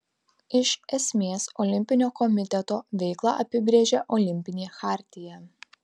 iš esmės olimpinio komiteto veiklą apibrėžia olimpinė chartija